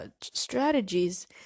strategies